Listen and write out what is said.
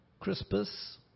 Crispus